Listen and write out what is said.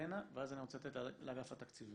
אתנה ואז אני רוצה לתת לאגף התקציבים.